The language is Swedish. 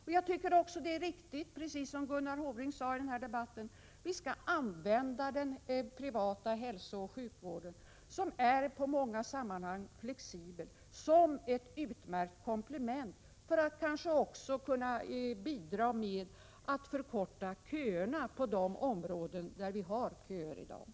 Det är också riktigt, precis som Gunnar Hofring sade i debatten, att använda den privata hälsooch sjukvården, som i många sammanhang är flexibel, som ett utmärkt komplement för att bidra till att förkorta köerna på de områden där det i dag är köer.